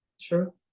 True